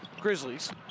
Grizzlies